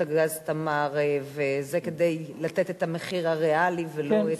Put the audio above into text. הגז "תמר" וזה כדי לתת את המחיר הריאלי ולא את,